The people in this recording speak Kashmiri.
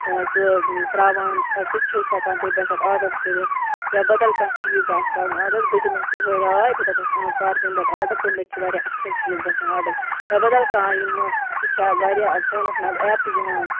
سُہ تراوان سُہ تہِ چھِ أسۍ ہٮ۪کان تمہِ پٮ۪ٹھ آرڈر کٔرِتھ یا بَدَل کانٛہہ چیٖز تہِ آسہِ کَرُن آرڈَر بہٕ دِمَس یِہٲے راے بہٕ دَپَس کَرٕ تمہِ پٮ۪ٹھ آرڈر تمہِ پٮ۪ٹھ چھِ وارِیاہ اَصٕل چیٖز گژھان آرڈر یا بَدَل کانٛہہ یِمہٕ تہِ چھِ وارِیاہ فونَس منٛز ایپہٕ یِوان